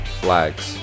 flags